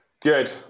good